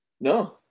No